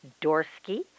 Dorsky